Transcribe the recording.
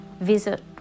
visit